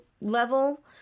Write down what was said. level